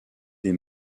des